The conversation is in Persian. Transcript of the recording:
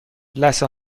لثه